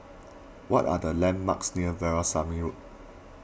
what are the landmarks near Veerasamy Road